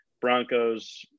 Broncos